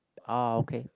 ah okay